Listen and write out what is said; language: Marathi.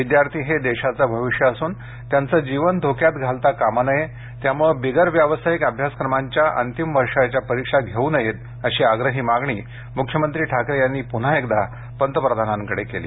विद्यार्थी हे देशाचं भविष्य असुन त्यांचं जीवन धोक्यात घालता कामा नये त्यामुळे बिगर व्यावसायिक अभ्यासक्रमांच्या अंतिम वर्षाच्या परिक्षा घेऊ नयेत अशी आग्रही मागणी मुख्यमंत्री ठाकरे यांनी पुन्हा एकदा पंतप्रधानांकडे केली